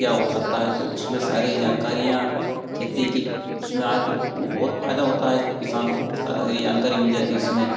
क्या हो सकता है तो उसमें सारी जानकारियाँ खेती की उसमें आएँ तो वो बहुत फायदा होता है किसानों को सारी जानकारी मिल जाती है उसमें